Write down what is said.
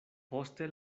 poste